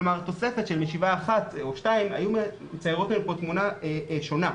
כלומר תוספת של משיבה אחת או שתיים היו מציירות כאן תמונה שונה,